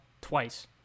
twice